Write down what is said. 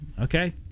Okay